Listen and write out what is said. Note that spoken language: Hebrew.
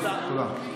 תודה.